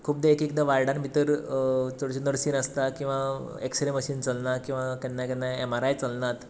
खुबदां एक एकदां वार्डांत भितर चडश्यो नर्सी नासता किंवां एक्सरे मशीन चलना किंवा केन्ना केन्नाय एम आर आय चलना